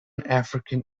african